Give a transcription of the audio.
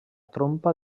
trompa